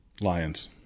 Lions